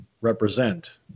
represent